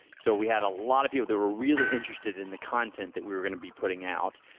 so we had a lot of people that were really interested in the content that we were going to be putting out,